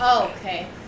okay